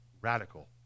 radical